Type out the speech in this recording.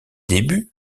débuts